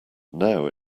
now